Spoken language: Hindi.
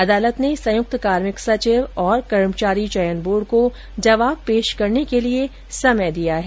अदालत ने संयुक्त कार्मिक सचिव और कर्मचारी चयन बोर्ड को जवाब पेश करने के लिए समय दिया है